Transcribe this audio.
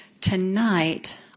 Tonight